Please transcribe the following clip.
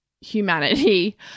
humanity